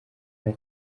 nta